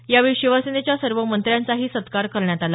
यावेळी शिवसेनेच्या सर्व मंत्र्यांचाही सत्कार करण्यात आला